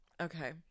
Okay